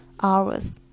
hours